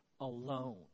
alone